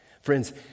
Friends